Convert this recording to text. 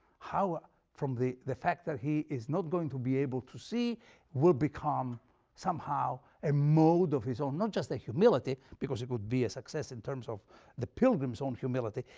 how ah from the the fact that he is not going to be able to see will become somehow a mode of his own, not just a humility because it would be a success in terms of the pilgrim's own humility,